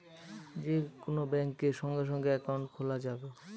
যে কোন ব্যাঙ্কে সঙ্গে সঙ্গে একাউন্ট খোলা যাবে